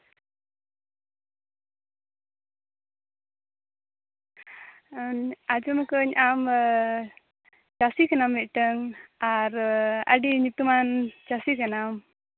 ᱟᱸᱡᱚᱢᱟᱠᱟᱫ ᱟᱹᱧ ᱟᱢ ᱪᱟᱹᱥᱤ ᱠᱟᱱᱟᱢ ᱢᱤᱫᱴᱟᱹᱝ ᱟᱨ ᱟᱹᱰᱤ ᱧᱩᱛᱩᱢᱟᱱ ᱪᱟᱹᱥᱤ ᱠᱟᱱᱟᱢ